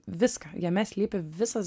viską jame slypi visas